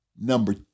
number